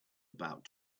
about